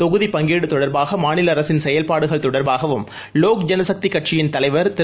தொகுதிப் பங்கீடு தொடர்பாக மாநில அரசின் செயல்பாடுகள் தொடர்பாகவும் லோக் ஜனசக்தி கட்சியின் தலைவர் திரு